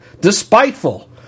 despiteful